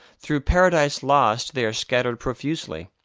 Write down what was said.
through paradise lost they are scattered profusely.